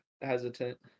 hesitant